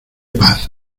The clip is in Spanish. paz